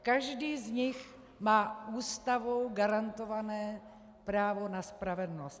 Každý z nich má Ústavou garantované právo na spravedlnost.